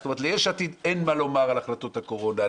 זאת אומרת שליש עתיד אין מה לומר על החלטות הקורונה,